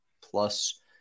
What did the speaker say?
plus